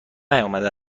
نیامده